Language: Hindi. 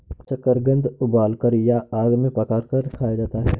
शकरकंद उबालकर या आग में पकाकर खाया जाता है